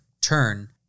turn